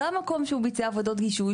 במקום שהוא ביצע עבודות גישוש,